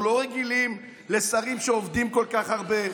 אנחנו לא רגילים לשרים שעובדים כל כך הרבה,